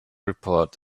report